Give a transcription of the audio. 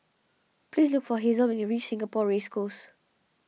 please look for Hasel when you reach Singapore Race Course